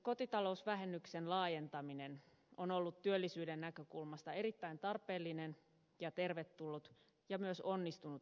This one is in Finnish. kotitalousvähennyksen laajentaminen on ollut työllisyyden näkökulmasta erittäin tarpeellinen ja tervetullut ja myös onnistunut uudistus